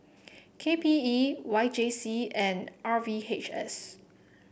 K P E Y J C and R V H S